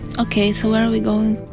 ok, so where are we going?